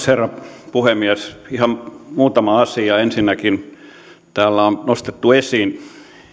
herra puhemies ihan muutama asia ensinnäkin täällä on nostettu esiin